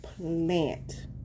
plant